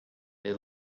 they